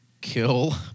kill